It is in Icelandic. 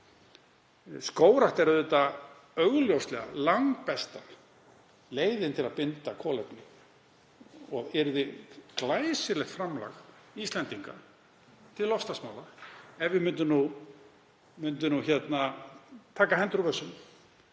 Skógrækt er augljóslega langbesta leiðin til að binda kolefni og yrði glæsilegt framlag Íslendinga til loftslagsmála ef við myndum taka hendur úr vösum